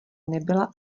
nebyla